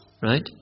right